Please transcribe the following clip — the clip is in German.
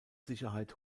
sicherheit